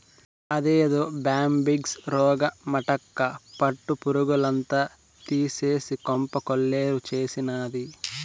అదేదో బ్యాంబిక్స్ రోగమటక్కా పట్టు పురుగుల్నంతా తినేసి కొంప కొల్లేరు చేసినాది